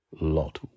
lot